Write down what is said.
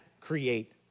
create